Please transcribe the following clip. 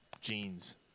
jeans